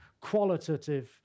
qualitative